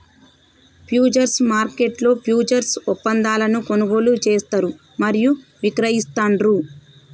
futures మార్కెట్లో futures ఒప్పందాలను కొనుగోలు చేస్తారు మరియు విక్రయిస్తాండ్రు